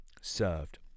served